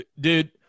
Dude